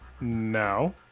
now